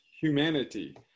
humanity